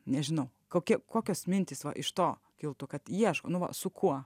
nežinau kokie kokios mintys va iš to kiltų kad ieško nu va su kuo